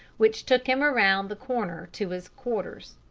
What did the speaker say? which took him around the corner to his quarters.